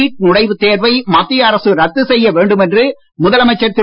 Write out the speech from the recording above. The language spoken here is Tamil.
நீட் நுழைவுத் தேர்வை மத்திய அரசு ரத்து செய்ய வேண்டும் என்று முதலமைச்சர் திரு